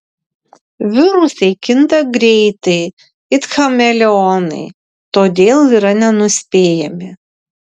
virusai kinta greitai it chameleonai todėl yra nenuspėjami